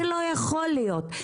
זה לא יכול להיות.